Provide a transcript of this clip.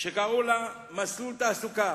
שקראו לה "מסלול תעסוקה",